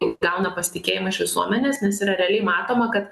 įgauna pasitikėjimą iš visuomenės nes yra realiai matoma kad